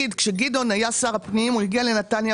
כשגדעון היה שר הפנים הוא הגיע לנתניה,